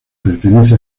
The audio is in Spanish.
pertenece